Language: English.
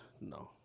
no